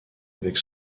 avec